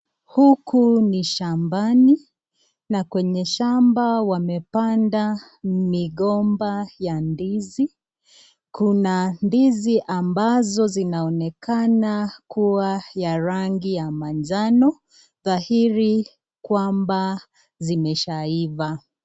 Huku ni shamani, na kwenye shamba wamepanda migomba ya ndizi, kuna ndizi ambazo zinaonekana kuwa ya rangi ya manjano, dhahiri kwamba zimeshaiva.